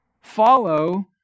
follow